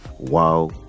Wow